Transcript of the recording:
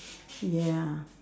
ya